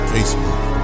Facebook